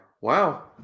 Wow